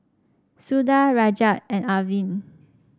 Suda Rajat and Arvind